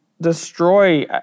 destroy